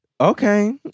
Okay